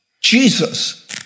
Jesus